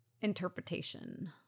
interpretation